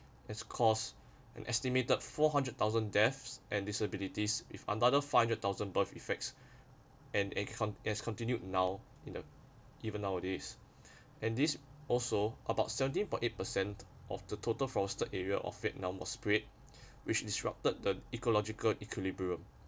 as costs an estimated four hundred thousand deaths and disabilities with another five hundred thousand birth effects and a cont~ is continued now in the even nowadays and this also about seventeen point eight percent of the total forested area of vietnam was spread which disrupted the ecological equilibrium